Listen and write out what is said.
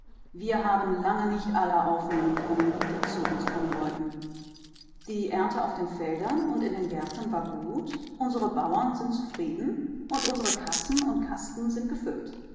wir haben lange nicht alle aufnehmen können die zu uns kommen wollten die ernte auf den feldern und in den gärten war gut unsere bauern sind zufrieden und unsere kassen und kasten sind gefüllt